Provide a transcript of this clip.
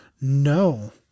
No